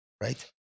Right